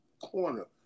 corner